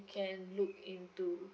can look into